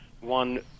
one